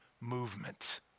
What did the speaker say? movement